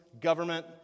government